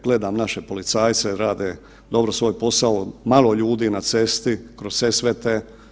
Gledam naše policajce, rade dobro svoj posao, malo ljudi na cesti kroz Sesvete.